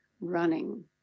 running